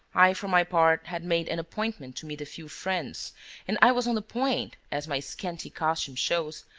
i, for my part, had made an appointment to meet a few friends and i was on the point, as my scanty costume shows,